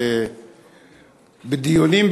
שבדיונים,